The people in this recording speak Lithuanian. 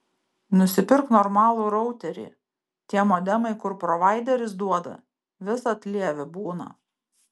nusipirk normalų routerį tie modemai kur provaideris duoda visad lievi būna